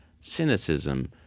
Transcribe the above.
cynicism